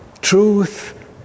truth